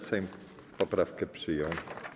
Sejm poprawkę przyjął.